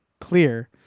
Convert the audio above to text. clear